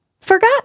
forgot